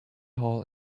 hall